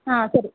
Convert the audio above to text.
ಹಾಂ ಸರಿ